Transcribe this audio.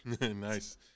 Nice